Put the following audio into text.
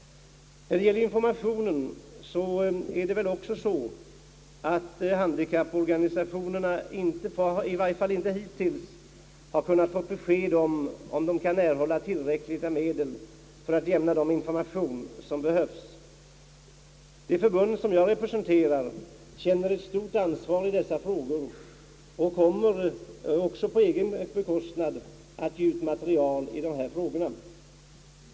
När det gäller informationen är det så, att de handikappades organisationer, i varje fall inte hittills, har kunnat få besked om, huruvida de kan erhålla tillräckliga medel för att lämna den information som behövs. Det förbund som jag representerar känner ett stort ansvar i dessa frågor och kommer också att på egen bekostnad ge ut material i dessa frågor.